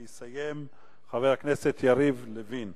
יסכם, חבר הכנסת יריב לוין.